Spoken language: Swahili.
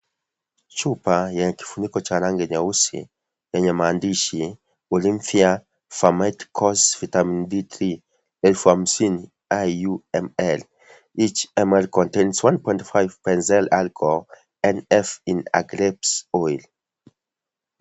Chupa yenye kifuniko cha rangi nyeusi, yenye maandishi, olimphia pharmaceuticals, vitamin D3, 50,000, IUML. Each ml contains 1.5 penzyl alcohol and F in agrebs oil .